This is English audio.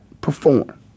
perform